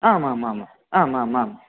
आम् आम् आम् आम् आम् आम्